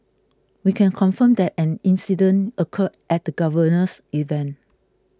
we can confirm that an incident occurred at the Governor's event